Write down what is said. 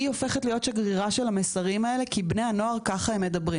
היא הופכת להיות שגרירה של המסרים האלו כי בני הנוער מדברים ככה.